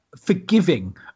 forgiving